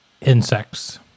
insects